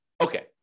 Okay